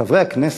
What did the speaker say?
חברי הכנסת,